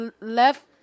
left